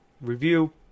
review